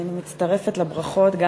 אני מצטרפת לברכות,